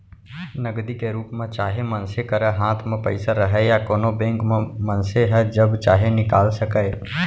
नगदी के रूप म चाहे मनसे करा हाथ म पइसा रहय या कोनों बेंक म मनसे ह जब चाहे निकाल सकय